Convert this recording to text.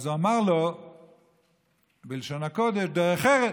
ואז הוא אמר לו בלשון הקודש: דרך ארץ.